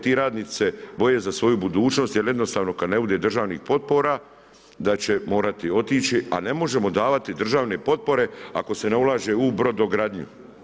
Ti radnici se boje za svoju budućnost, jer jednostavno kad ne bude državnih potpora, da će morati otići, a ne možemo davati državne potpore ako se ne ulaže u brodogradnju.